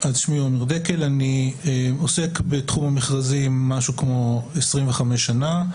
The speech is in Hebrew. אני עוסק בתחום המכרזים משהו כמו 25 שנה,